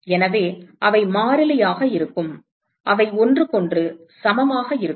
எனவே அவை மாறிலியாக இருக்கும் அவை ஒன்றுக்கொன்று சமமாக இருக்கும்